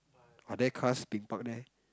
are there cars being parked there